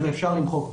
ואפשר למחוק.